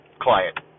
client